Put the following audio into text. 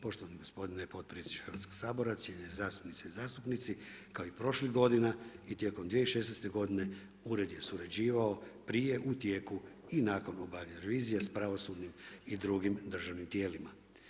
Poštovani gospodine potpredsjedniče Hrvatskog sabora, cijenjene zastupnice i zastupnici, kao i prošlih godina i tijekom 2016. godine, ured je surađivao prije, u tijeku i nakon obavljene revizije s pravosudnim i drugim državnim tijelima.